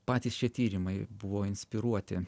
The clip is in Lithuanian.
patys šie tyrimai buvo inspiruoti